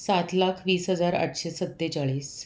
सात लाख वीस हजार आठशे सत्तेचाळीस